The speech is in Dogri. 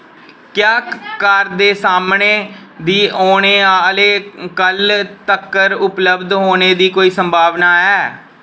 क्या कार दे सामनै दी औने आह्ले कल्ल तक्कर उपलब्ध होने दी कोई संभावना है